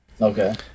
Okay